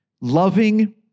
loving